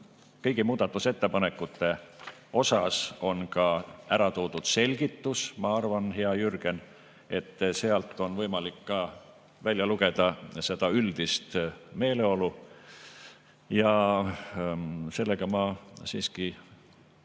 Kõigi muudatusettepanekute juures on ära toodud ka selgitus. Ma arvan, hea Jürgen, et sealt on võimalik välja lugeda seda üldist meeleolu. Ja sellega ma siiski